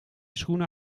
schoenen